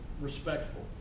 respectful